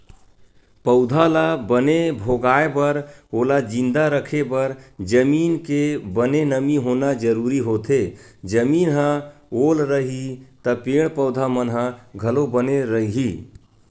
पउधा ल बने भोगाय बर ओला जिंदा रखे बर जमीन के बने नमी होना जरुरी होथे, जमीन ह ओल रइही त पेड़ पौधा मन ह घलो बने रइही